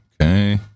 okay